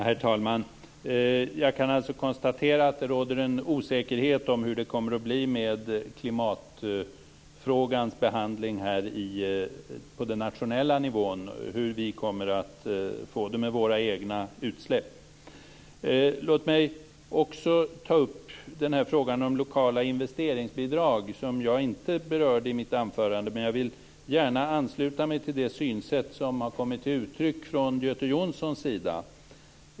Herr talman! Jag kan alltså konstatera att det råder en osäkerhet om hur det kommer att bli med klimatfrågans behandling på den nationella nivån och hur vi kommer att få det med våra egna utsläpp. Låt mig också ta upp frågan om lokala investeringsbidrag, som jag inte berörde i mitt anförande. Jag vill gärna ansluta mig till det synsätt som har kommit till uttryck från Göte Jonssons sida.